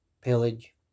pillage